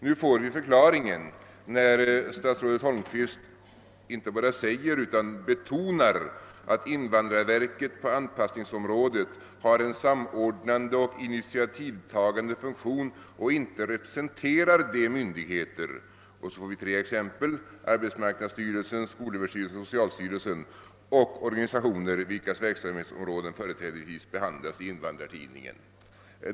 Vi får nu förklaringen till detta förhållande när statsrådet Holmqvist inte bara säger utan till och med betonar, att invandrarverket på anpassningsområdet har en samordnande och initiativtagande funktion och inte representerar de myndigheter — det lämnas tre exempel, nämligen arbetsmarknadsstyrelsen, skolöverstyrelsen och socialstyrelsen — samt organisationer vilkas verksamhetsområden företrädesvis behandlas i Invandrartidningen.